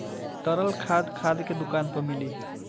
तरल खाद खाद के दुकान पर मिली